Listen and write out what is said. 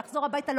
ולחזור הביתה,